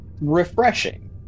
refreshing